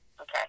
Okay